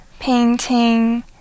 Painting